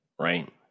Right